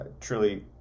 truly